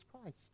christ